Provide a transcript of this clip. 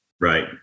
Right